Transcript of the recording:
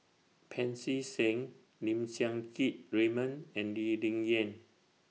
Pancy Seng Lim Siang Keat Raymond and Lee Ling Yen